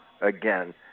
again